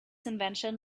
invention